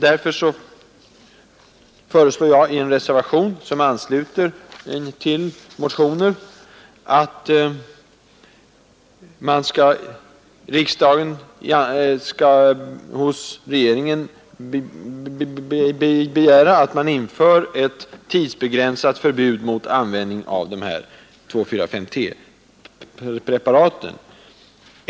Därför föreslår jag i en reservation som ansluter till motionerna 1524 och 1525 att riksdagen skall hos regeringen begära att man inför ett tidsbegränsat förbud mot användning av de här 2,4,5-T-preparaten.